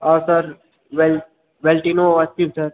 और सर वेलटिनो ice cream sir